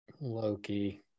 Loki